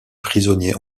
prisonniers